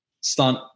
stunt